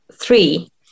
three